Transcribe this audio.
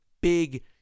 Big